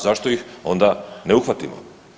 zašto ih onda ne uhvatimo?